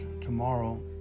Tomorrow